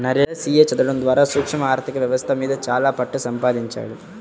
Naresh CA చదవడం ద్వారా సూక్ష్మ ఆర్ధిక వ్యవస్థ మీద చాలా పట్టుసంపాదించాడు